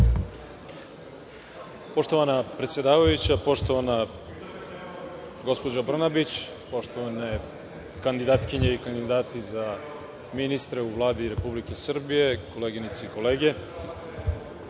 Poštovana predsedavajuća, poštovana gospođo Brnabić, poštovane kandidatkinje i kandidati za ministre u Vladi Republike Srbije, koleginice i kolege,